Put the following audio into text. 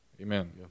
Amen